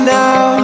now